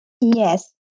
Yes